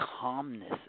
calmness